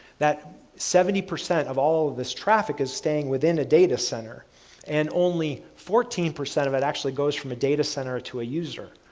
that seventy percent of all of this traffic is staying within a data center and only fourteen percent of it actually goes from a data center to a user.